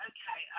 Okay